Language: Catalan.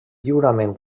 lliurament